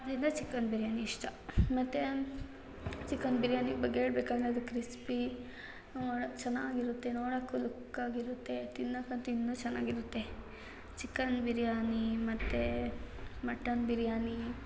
ಆದ್ರಿಂದ ಚಿಕನ್ ಬಿರ್ಯಾನಿ ಇಷ್ಟ ಮತ್ತು ಚಿಕನ್ ಬಿರ್ಯಾನಿ ಬಗ್ಗೆ ಹೇಳ್ಬೇಕಂದ್ರೆ ಅದು ಕ್ರಿಸ್ಪೀ ನೋಡೋಕ್ಕೆ ಚೆನ್ನಾಗಿರುತ್ತೆ ನೋಡೋಕ್ಕೂ ಲುಕ್ಕಾಗಿರುತ್ತೆ ತಿನ್ನಕ್ಕಂತೂ ಇನ್ನೂ ಚೆನ್ನಾಗಿರುತ್ತೆ ಚಿಕನ್ ಬಿರ್ಯಾನಿ ಮತ್ತು ಮಟನ್ ಬಿರ್ಯಾನಿ